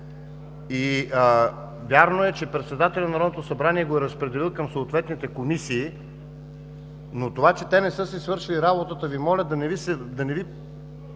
. Вярно е, че председателят на Народното събрание го е разпределил към съответните комисии, но това, че те не са си свършили работата, Ви моля да не Ви